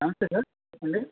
నమస్తే సార్ ఏవండి